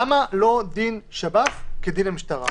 למה לא דין שב"ס כדין המשטרה?